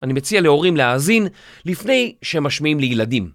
אני מציע להורים להאזין לפני שהם משמיעים לילדים.